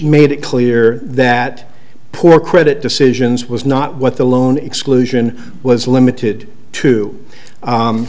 made it clear that poor credit decisions was not what the loan exclusion was limited to